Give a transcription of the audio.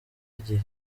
igihe